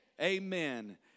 Amen